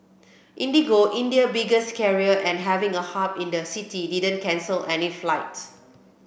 IndiGo India biggest carrier and having a hub in the city didn't cancel any flights